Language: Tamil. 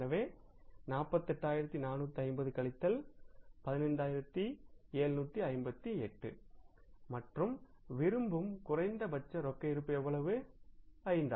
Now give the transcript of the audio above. எனவே 48450 கழித்தல் 15758 மற்றும்விரும்பும் குறைந்தபட்ச ரொக்க இருப்பு எவ்வளவு 5000